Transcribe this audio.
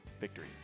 victory